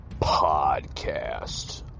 podcast